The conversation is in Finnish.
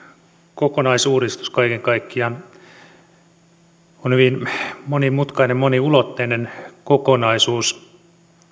kokonaisuudistus on kaiken kaikkiaan hyvin monimutkainen moniulotteinen kokonaisuus